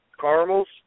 caramels